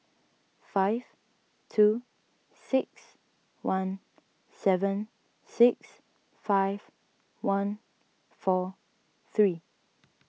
five two six one seven six five one four three